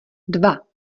dva